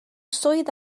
swydd